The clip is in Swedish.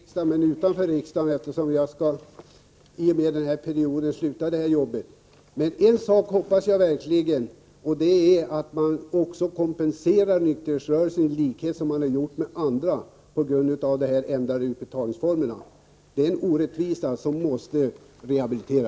Herr talman! Den möjligheten har jag inte här i riksdagen, men däremot utanför riksdagen. Jag kommer nämligen inte att stanna kvar i det här arbetet efter den här riksdagsperioden. En sak hoppas jag verkligen, och det är att man kompenserar nykterhetsrörelsen, i likhet med vad man gjort i andra fall, med anledning av de ändrade utbetalningsformerna. Det är här fråga om en orättvisa som måste rättas till.